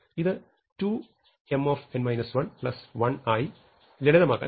ഇത് 2 M 1 ആയി ലളിതമാക്കാൻ കഴിയും